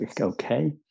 okay